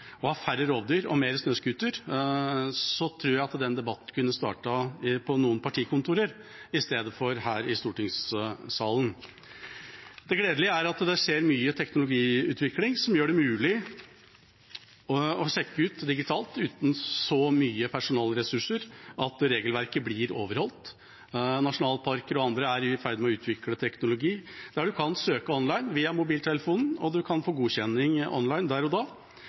snøscooter. Jeg tror at den debatten kunne startet på noen partikontorer i stedet for her i stortingssalen. Det gledelige er at det skjer mye teknologiutvikling som gjør det mulig å sjekke ut digitalt, uten så mye personalressurser, at regelverket blir overholdt. Nasjonalparker og andre er i ferd med å utvikle teknologi der du kan søke online, via mobiltelefonen, og du kan få godkjenning online der og da.